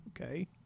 okay